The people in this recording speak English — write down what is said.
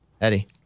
Eddie